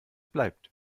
bleibt